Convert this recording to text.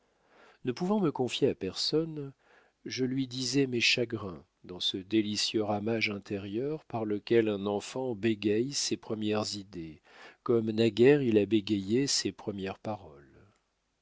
ne pouvant me confier à personne je lui disais mes chagrins dans ce délicieux ramage intérieur par lequel un enfant bégaie ses premières idées comme naguère il a bégayé ses premières paroles